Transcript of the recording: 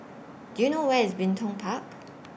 Do YOU know Where IS Bin Tong Park